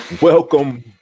Welcome